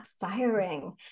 firing